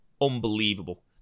unbelievable